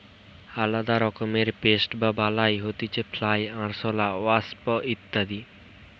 আলদা রকমের পেস্ট বা বালাই হতিছে ফ্লাই, আরশোলা, ওয়াস্প ইত্যাদি